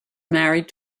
married